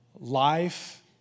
Life